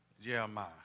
Jeremiah